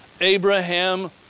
Abraham